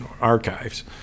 archives